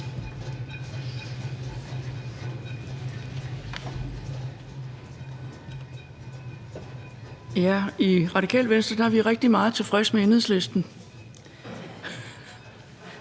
I Radikale Venstre er vi rigtig meget tilfredse med Enhedslistens